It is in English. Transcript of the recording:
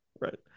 Right